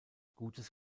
gutes